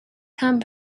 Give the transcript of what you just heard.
come